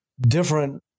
different